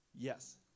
Yes